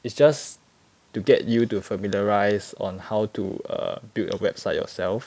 is just to get you to familiarise on how to err build a website yourself